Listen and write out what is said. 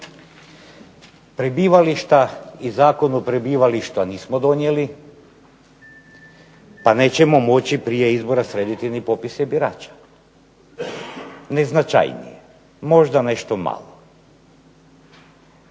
Prebivališta i zakon o prebivalištima nismo dobili pa nećemo moći prije izbora riješiti popise birača, ne značajnije, možda nešto malo.